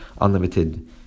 unlimited